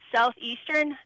Southeastern